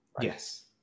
yes